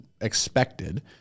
expected